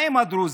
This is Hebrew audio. מה עם הדרוזים?